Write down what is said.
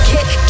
Kick